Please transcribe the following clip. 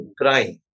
crying